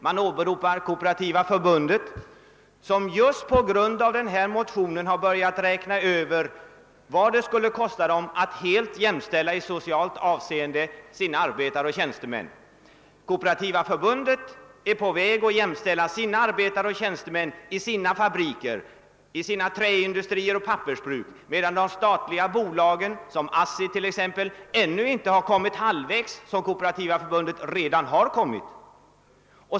Man åberopar vidare Kooperativa förbundet som just på grund av denna motion har börjat räkna över vad det skulle kosta företaget att helt jämställa sina arbetare och tjänstemän i socialt hänseende. Kooperativa förbundet är på väg att jämställa arbetare och tjänstemän i sina fabriker, i sina träindustrier och pappersbruk, medan de statliga bolagen, t.ex. ASSI, ännu inte kommit halvvägs, såsom Kooperativa förbundet.